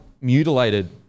mutilated